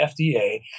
FDA